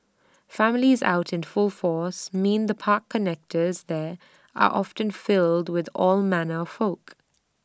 families out in full force mean the park connectors there are often filled with all manner of folk